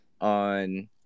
on